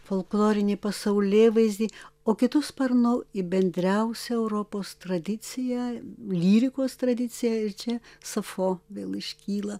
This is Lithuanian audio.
folklorinį pasaulėvaizdį o kitu sparnu į bendriausią europos tradiciją lyrikos tradiciją ir čia safo vėl iškyla